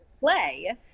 play